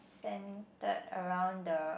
centered around the